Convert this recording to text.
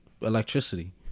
electricity